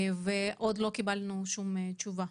עוד לא קבלנו תשובה.